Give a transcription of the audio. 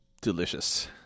delicious